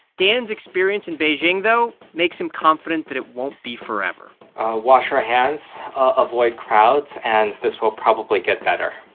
dan's experience in beijing, though, makes him confident that it won't be forever wash your hands, avoid crowds and this will probably get better